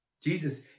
Jesus